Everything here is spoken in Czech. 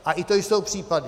A i to jsou případy.